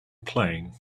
playing